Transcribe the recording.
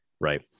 right